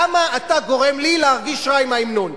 למה אתה גורם לי להרגיש רע עם ההמנון?